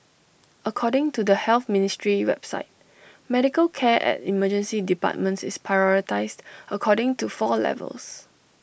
according to the health ministry's website medical care at emergency departments is prioritised according to four levels